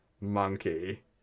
monkey